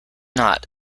not